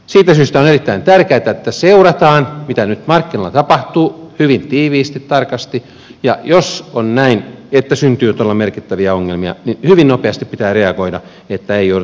siitä syystä on erittäin tärkeätä että seurataan mitä nyt markki noilla tapahtuu hyvin tiiviisti tarkasti ja jos on näin että syntyy todella merkittäviä ongelmia niin hyvin nopeasti pitää reagoida että ei jouduta erittäin hankalaan tilanteeseen